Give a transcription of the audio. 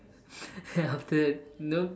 then after that nope